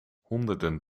honderden